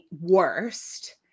worst